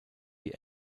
die